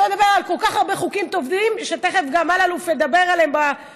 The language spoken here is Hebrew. שלא נדבר על כל כך הרבה חוקים טובים שתכף גם אלאלוף ידבר עליהם כשיעלה,